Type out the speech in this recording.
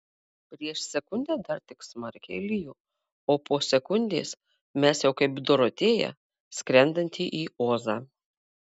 prieš sekundę dar tik smarkiai lijo o po sekundės mes jau kaip dorotėja skrendanti į ozą